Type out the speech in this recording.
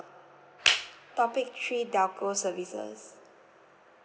topic three telco services